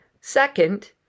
Second